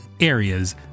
areas